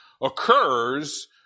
occurs